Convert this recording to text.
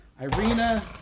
Irina